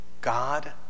God